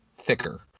thicker